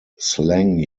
slang